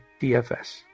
DFS